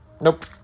Nope